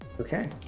Okay